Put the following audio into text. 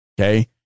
Okay